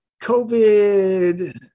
covid